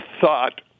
thought